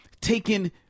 taken